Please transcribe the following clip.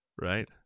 Right